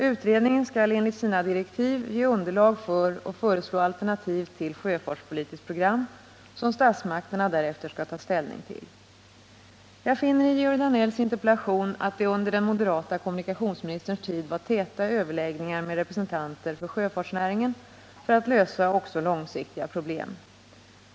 Utredningen skall enligt sina direktiv ge underlag för och föreslå alternativ till sjöfartspolitiskt program som statsmakterna därefter skall ta ställning till. Jag finner i Georg Danells interpellation att det under den moderata kommunikationsministerns tid var täta överläggningar med representanter för sjöfartsnäringen för att lösa också långsiktiga problem.